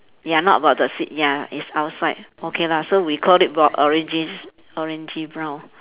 ya not about the seat ya it's outside okay lah so we call it bro~ orangey orangey brown